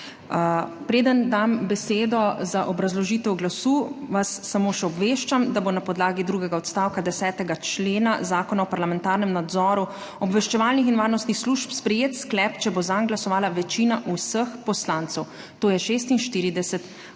Preden dam besedo za obrazložitev glasu, vas samo še obveščam, da bo na podlagi drugega odstavka 10. člena Zakona o parlamentarnem nadzoru obveščevalnih in varnostnih služb sklep sprejet, če bo zanj glasovala večina vseh poslancev, to je 46